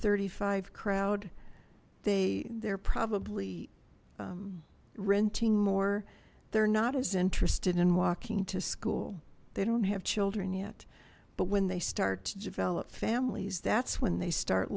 thirty five crowd they they're probably renting more they're not as interested in walking to school they don't have children yet but when they start to develop families that's when they start